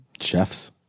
Chefs